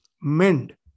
mend